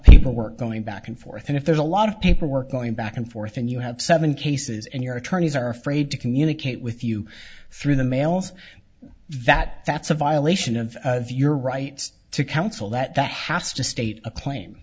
people work going back and forth and if there's a lot of paperwork going back and forth and you have seven cases and your attorneys are afraid to communicate with you through the mails that that's a violation of your right to counsel that has to state a claim